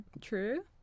true